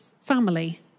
family